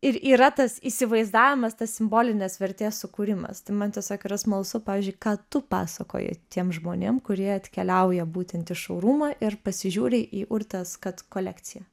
ir yra tas įsivaizdavimas tas simbolinės vertės sukūrimas tai man tiesiog yra smalsu pavyzdžiui ką tu pasakoji tiem žmonėm kurie atkeliauja būtent į šourumą ir pasižiūri į urtės kat kolekciją